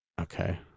Okay